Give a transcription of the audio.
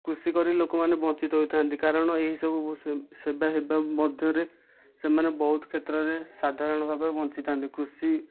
କୃଷି କରି ଲୋକମାନେ ବଞ୍ଚିତ ହୋଇଥାନ୍ତି କାରଣ ଏହି ସବୁ ସେବା ହେବା ମଧ୍ୟରେ ସେମାନେ ବହୁତ କ୍ଷେତ୍ରରେ ସାଧାରଣ ଭାବେ ବଞ୍ଚିଥାନ୍ତି କୃଷି